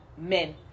men